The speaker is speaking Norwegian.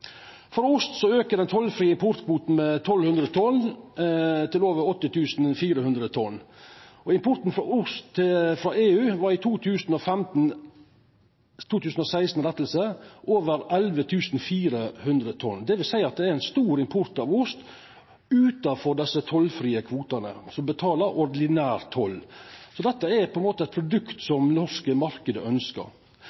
For ost vert den tollfrie importkvoten auka med 1 200 tonn til over 8 400 tonn. Importen av ost frå EU var i 2016 på over 11 400 tonn, dvs. at det er ein stor import av ost som det vert betalt ordinær toll for, utanom desse tollfrie kvotane. Dette er på ein måte eit produkt